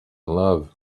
love